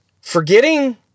Forgetting